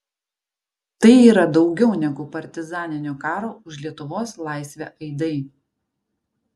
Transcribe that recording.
tai yra daugiau negu partizaninio karo už lietuvos laisvę aidai